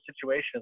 situation